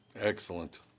Excellent